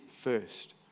first